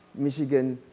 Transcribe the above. michigan,